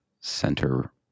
center –